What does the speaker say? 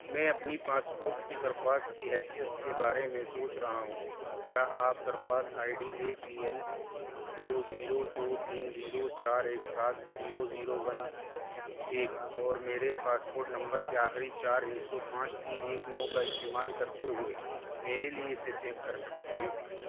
میں اپنی پاسپورٹ کی درخواست کی حیثیت کے بارے میں سوچ رہا ہوں کیا آپ درخواست ID A P L دو زیرو دو تین زیرو چار ایک سات زیرو زیرو ون ایک اور میرے پاسپورٹ نمبر کے آخری چار ہندسوں پانچ تین ایک نو کا استعمال کرتے ہوئے میرے لیے اسے چیک کر سکتے ہیں